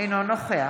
חברי הכנסת.